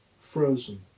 frozen